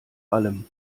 allem